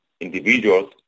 individuals